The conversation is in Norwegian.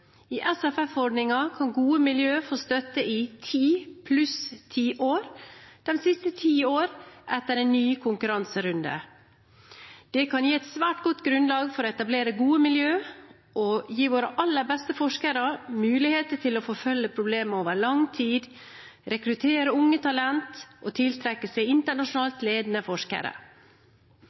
I SFF-ordningen kan gode miljøer få støtte i ti pluss ti år – de siste ti årene etter en ny konkurranserunde. Det kan gi et svært godt grunnlag for å etablere gode miljøer og gi våre aller beste forskere muligheter til å forfølge problemer over lang tid, rekruttere unge talenter og tiltrekke seg internasjonalt ledende forskere.